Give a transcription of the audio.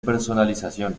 personalización